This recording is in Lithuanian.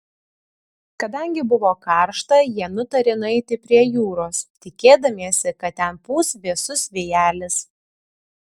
kadangi buvo karšta jie nutarė nueiti prie jūros tikėdamiesi kad ten pūs vėsus vėjelis